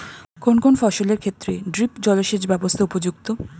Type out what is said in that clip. কোন কোন ফসলের ক্ষেত্রে ড্রিপ জলসেচ ব্যবস্থা উপযুক্ত?